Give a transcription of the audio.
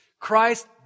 Christ